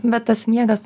bet tas miegas